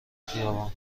خیابان